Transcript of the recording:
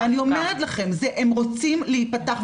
ואני אומרת לכם, הם רוצים להיפתח.